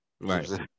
Right